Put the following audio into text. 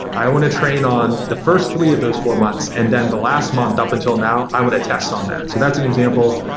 i want to train on the first three those four months, and then the last month up until now, i want to test on that. so that's an example.